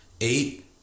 Eight